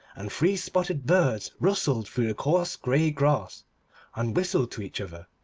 and three spotted birds rustled through the coarse grey grass and whistled to each other.